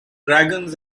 dragons